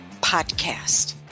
podcast